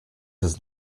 his